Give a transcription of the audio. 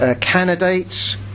candidates